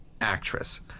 actress